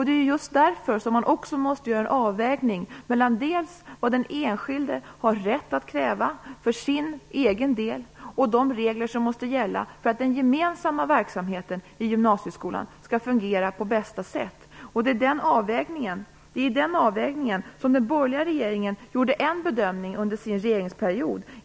Det är just därför man måste göra en avvägning mellan vad den enskilde har rätt att kräva för sin egen del och de regler som måste gälla för att den gemensamma verksamheten i gymnasieskolan skall fungera på bästa sätt. I den avvägningen gjorde den borgerliga regeringen en bedömning under sin regeringsperiod.